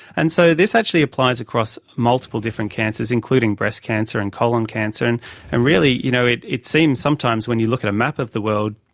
and so this actually applies across multiple different cancers, including breast cancer and colon cancer, and and really you know it it seems sometimes when you look at a map of the world,